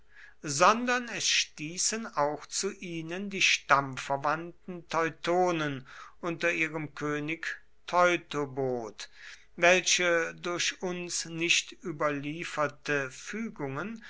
sondern es stießen auch zu ihnen die stammverwandten teutonen unter ihrem könig teutobod welche durch uns nicht überlieferte fügungen